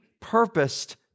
purposed